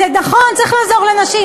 זה נכון שצריך לעזור לנשים,